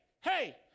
hey